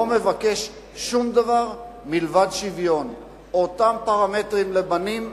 לא מבקש שום דבר מלבד שוויון אותם פרמטרים לבנים,